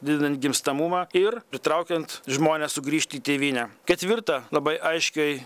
didinant gimstamumą ir pritraukiant žmones sugrįžti į tėvynę ketvirta labai aiškiai